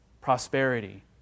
prosperity